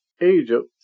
Egypt